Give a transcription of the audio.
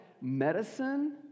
medicine